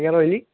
ଆଜ୍ଞା ରହିଲି